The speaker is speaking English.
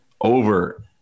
over